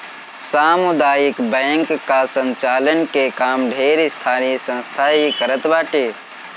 सामुदायिक बैंक कअ संचालन के काम ढेर स्थानीय संस्था ही करत बाटे